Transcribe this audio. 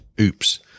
Oops